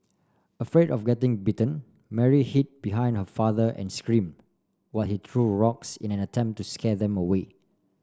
afraid of getting bitten Mary hid behind her father and scream while he threw rocks in an attempt to scare them away